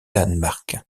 danemark